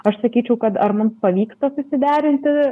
aš sakyčiau kad ar mums pavyksta susiderinti